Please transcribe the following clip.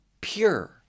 pure